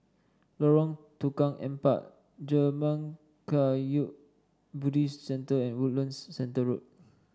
Lorong Tukang Empat Zurmang Kagyud Buddhist Centre and Woodlands Centre Road